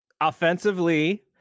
Offensively